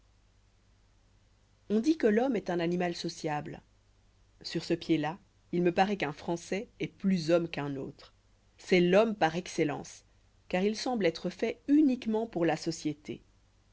n dit que l'homme est un animal sociable sur ce pied-là il me paroît qu'un françois est plus homme qu'un autre c'est l'homme par excellence car il semble être fait uniquement pour la société